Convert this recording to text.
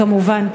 כמובן,